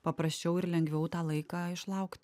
paprasčiau ir lengviau tą laiką išlaukti